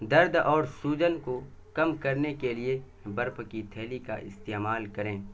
درد اور سوجن کو کم کرنے کے لیے برف کی تھیلی کا استعمال کریں